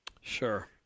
Sure